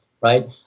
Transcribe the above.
right